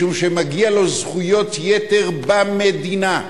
משום שמגיעות לו זכויות יתר במדינה.